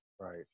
right